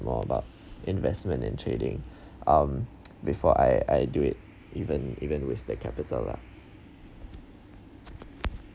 more about investment and trading um before I I do it even even with the capital lah